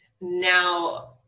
now